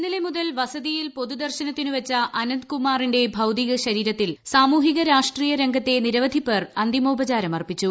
ഇന്നലെ മുതൽ വസതിയിൽ പൊതുദർശനത്തിനുവച്ച അനന്ത് കുമാറിന്റെ ഭൌതിക ശരീരത്തിൽ സാമൂഹിക രാഷ്ട്രീയ രംഗത്തെ നിരവധി പേർ അന്തിമോപചാരം അർപ്പിച്ചു